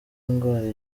indwara